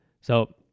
So-